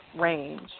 range